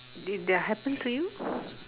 did that happen to you